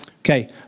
Okay